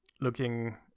looking